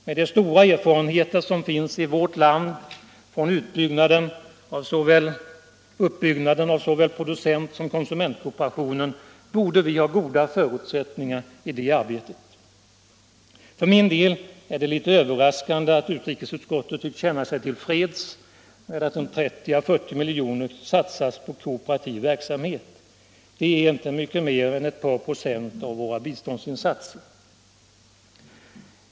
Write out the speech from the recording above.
Med de stora erfarenheter som finns i vårt land från uppbyggnaden av såväl producentsom konsumentkooperationen borde vi ha goda förutsättningar i det arbetet. För min del är det litet överraskande att utrikesutskottet tycks känna sig till freds med att 30 å 40 milj.kr. satsas på kooperativ verksamhet. Det är inte mycket mer än ett par procent av våra biståndsinsatser.